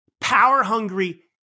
power-hungry